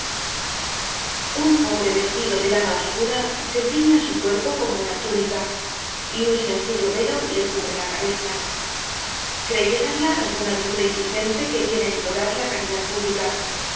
un pobre vestido de lana obscura se ciñe á su cuerpo como una túnica y un sencillo velo le cubre la cabeza creyéranla alguna viuda indigente que viene á implorar la caridad pública